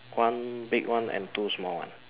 one big one and two small one